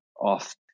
off